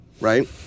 right